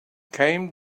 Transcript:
came